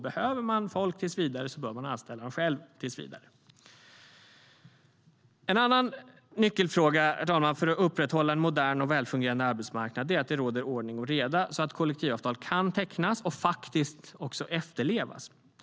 Behöver man folk tills vidare så bör man anställa dem själv, tills vidare. En annan nyckelfråga för att upprätthålla en modern och välfungerande arbetsmarknad är att det råder ordning och reda, så att kollektivavtal kan tecknas och faktiskt efterlevas.